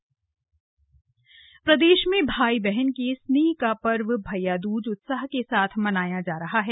भैया दूज प्रदेश में भाई बहन के स्नेह का पर्व भैया दूज उत्साह के साथ मनाया जा रहा है